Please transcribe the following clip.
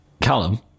callum